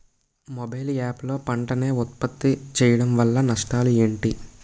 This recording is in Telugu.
మొబైల్ యాప్ లో పంట నే ఉప్పత్తి చేయడం వల్ల నష్టాలు ఏంటి?